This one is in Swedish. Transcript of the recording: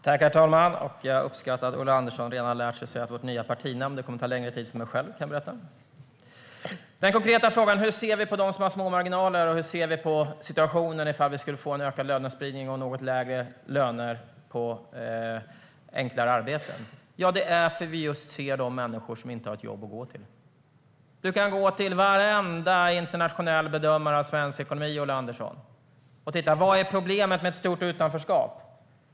Herr talman! Jag uppskattar att Ulla Andersson redan har lärt sig att säga vårt nya partinamn. Det kommer att ta längre tid för mig själv, kan jag berätta. Den konkreta frågan var hur vi ser på dem som har små marginaler och hur vi ser på situationen ifall vi skulle få en ökad lönespridning och något lägre löner på enklare arbeten. Vi ser just de människor som inte har något jobb att gå till. Du kan gå till varenda internationell bedömare av svensk ekonomi, Ulla Andersson. Vad är problemet med stort utanförskap?